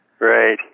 Right